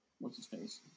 What's-his-face